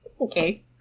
Okay